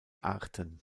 arten